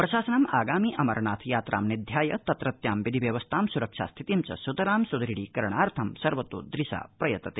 प्रशासनम् आगामि अमरनाथ यात्रां निध्याय तत्रत्यां विधिव्यवस्थां सुरक्षास्थिति च सुतरां सुदुढ़ी करणार्थ सर्वतोदृशा प्रयतते